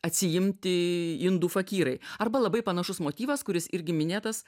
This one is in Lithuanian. atsiimti indų fakyrai arba labai panašus motyvas kuris irgi minėtas